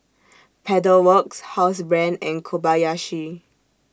Pedal Works Housebrand and Kobayashi